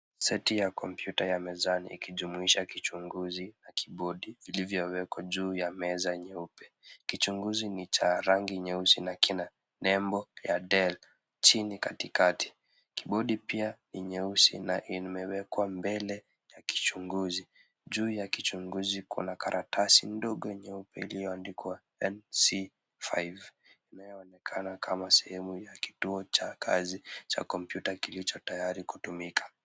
Seti ya kompyuta ya mezani ikijumuisha kichunguzi na kibodi, vilivyowekwa juu ya meza nyeupe. Kichunguzi ni cha rangi nyeusi na kina nembo ya DEL chini katikati. Kibodi pia ni nyeusi na imewekwa mbele ya kichunguzi, juu ya kichunguzi kuna karatasi ndogo nyeupe iliyoandikwa NC-5. Inaonekana kama sehemu ya kituo cha kazi cha kompyuta kilicho tayari kutumika.